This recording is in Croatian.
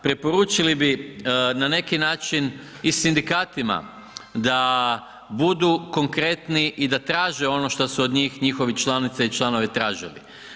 Preporučili bi na neki način i sindikatima da budu konkretni i da traže ono što su od njih njihovi članice i članove tražili.